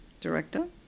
director